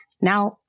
Now